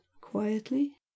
quietly